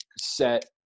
set